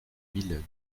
mille